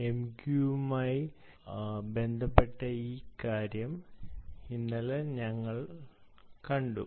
MQ യുമായി ബന്ധപ്പെട്ട ഈ കാര്യം ഇന്നലെ നമ്മൾ കണ്ടു